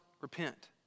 repent